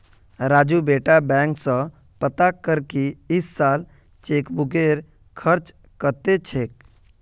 राजू बेटा बैंक स पता कर की इस साल चेकबुकेर खर्च कत्ते छेक